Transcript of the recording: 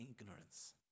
ignorance